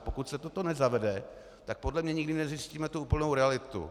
Pokud se toto nezavede, tak podle mě nikdy nezjistíme tu úplnou realitu.